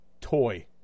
Toy